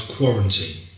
*Quarantine*